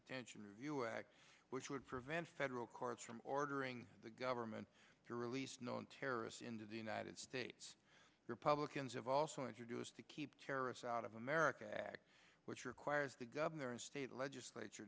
combatant act which would prevent federal courts from ordering the government to release known terrorists into the united states republicans have also introduced to keep terrorists out of america act which requires the governor and state legislature